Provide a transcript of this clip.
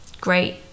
great